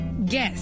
guess